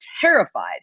terrified